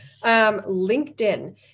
LinkedIn